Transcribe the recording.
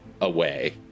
away